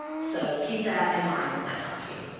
so, keep that in mind as i talk to you.